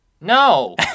No